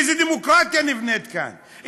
איזה דמוקרטיה נבנית כאן?